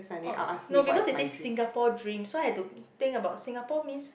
oh no because they say Singapore dream so I've to think about Singapore means